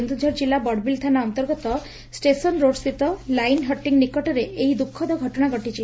କେନ୍ଦୁଝର ଜିଲ୍ଲା ବଡ଼ବିଲ ଥାନା ଅନ୍ତର୍ଗତ ଷେସନରୋଡ଼ସ୍ଥିତ ଲାଇନ୍ ହଟିଙ୍ଗ ନିକଟରେ ଏହି ଦୂଃଖଦ ଘଟଣା ଘଟିଛି